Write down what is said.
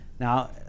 Now